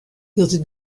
hieltyd